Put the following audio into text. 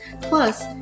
Plus